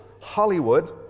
Hollywood